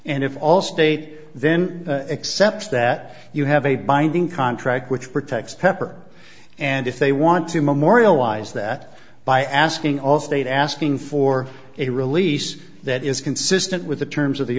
and if allstate then accepts that you have a binding contract which protects pepper and if they want to memorialize that by asking allstate asking for a release that is consistent with the terms of the